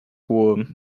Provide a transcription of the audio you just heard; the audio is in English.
worm